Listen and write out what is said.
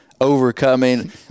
overcoming